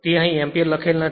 તે અહીં એમ્પીયર લખેલ નથી